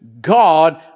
God